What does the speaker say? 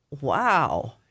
Wow